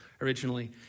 originally